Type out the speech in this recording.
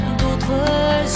d'autres